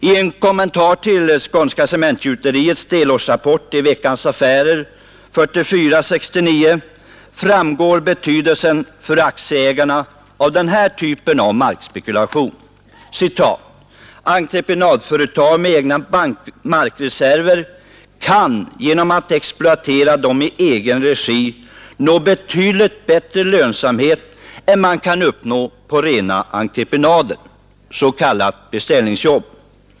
I en kommentar till Skånska cementgjuteriets delårsrapport i Veckans Affärer nr 44 år 1969 framgår betydelsen för aktieägarna av den här typen av markspekulation: ”Entreprenadföretag med egna markreserver kan genom att exploatera dem i egen regi nå bättre lönsamhet än man kan uppnå på rena entreprenader .